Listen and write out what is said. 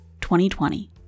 2020